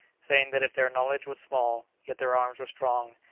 saying that if their knowledge was small, yet their arms were strong,